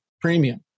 premium